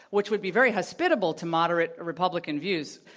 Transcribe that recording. which would be very hospitable to moderate republican views,